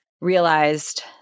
realized